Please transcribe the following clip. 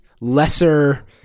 lesser